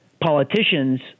politicians